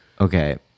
Okay